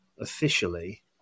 officially